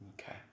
Okay